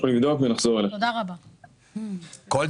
אנחנו נבדוק ונחזור אליכם.